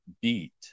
beat